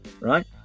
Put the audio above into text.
right